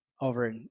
over